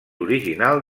original